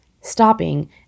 stopping